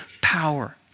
power